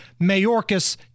Mayorkas